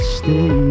stay